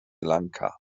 lanka